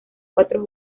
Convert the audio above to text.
cuatro